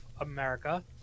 america